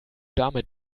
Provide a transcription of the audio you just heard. damit